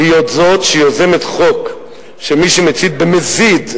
להיות זאת שיוזמת חוק שמי מצית במזיד,